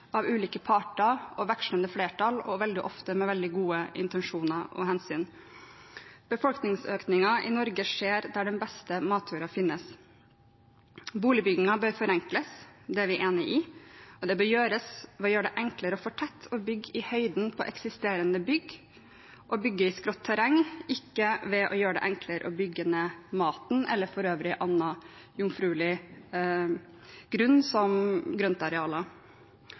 av ulike parter og vekslende flertall, og veldig ofte med veldig gode intensjoner og hensyn. Befolkningsøkningen i Norge skjer der den beste matjorda finnes. Boligbyggingen bør forenkles – det er vi enig i – og det bør gjøres ved å gjøre det enklere å fortette og bygge i høyden på eksisterende bygg og å bygge i skrått terreng, ikke ved å gjøre det enklere å bygge ned maten eller annen jomfruelig grunn som grøntarealer.